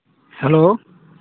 hello